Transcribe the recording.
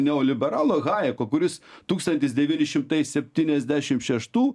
neoliberalo hajeko kuris tūkstantis devyni šimtai septyniasdešim šeštų